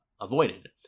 avoided